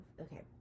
okay